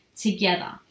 together